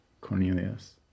Cornelius